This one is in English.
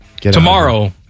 Tomorrow